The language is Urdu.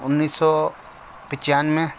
انیس سو پچیانوے